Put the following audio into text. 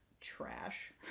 trash